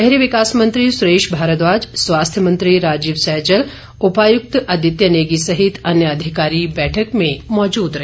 शहरी विकास मंत्री सुरेश भारद्वाज स्वास्थ्य मंत्री राजीव सैजल उपायुक्त आदित्य नेगी सहित अन्य अधिकारी बैठक में मौजूद रहे